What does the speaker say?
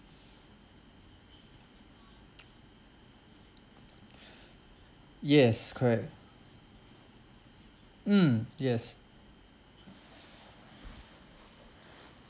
yes correct mm yes